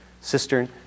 cistern